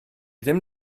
ddim